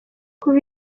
kuva